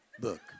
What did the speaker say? Look